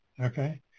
okay